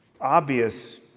obvious